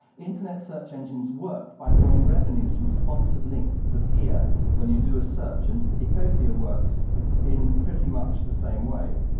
internet search engines work by drawing revenues from sponsored links that appear when you do a search. and ecosia works in pretty much the same way.